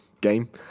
game